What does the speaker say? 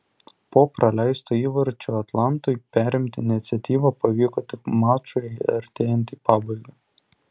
po praleisto įvarčio atlantui perimti iniciatyvą pavyko tik mačui artėjant į pabaigą